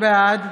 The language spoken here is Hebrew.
בעד